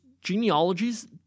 genealogies